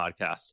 podcast